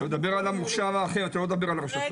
הוא מדבר על המוכש"ר האחר, הוא לא מדבר על הרשתות.